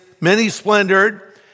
many-splendored